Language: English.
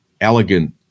elegant